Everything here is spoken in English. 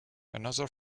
another